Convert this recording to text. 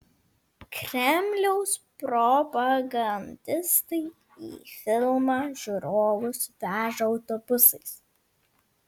kremliaus propagandistai į filmą žiūrovus veža autobusais